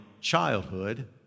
childhood